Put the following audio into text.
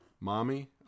Mommy